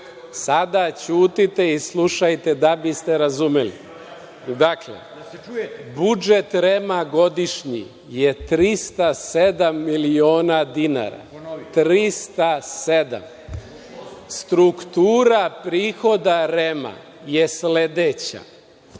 sada ćutite i slušajte da biste razumeli. Dakle, budžet REM-a godišnji je 307 miliona dinara. Struktura prihoda REM-a je sledeća